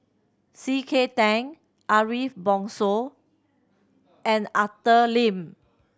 C K Tang Ariff Bongso and Arthur Lim